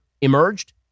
emerged